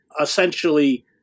essentially